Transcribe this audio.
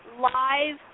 live